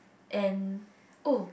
and oh